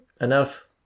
enough